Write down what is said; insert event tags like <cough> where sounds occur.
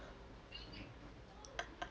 <noise>